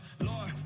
Lord